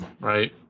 right